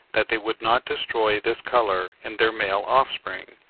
that they would not destroy this colour in their male offspring,